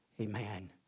Amen